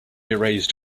erased